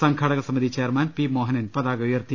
സംഘാടകസമിതി chairman P Mohanan പതാക ഉയർത്തി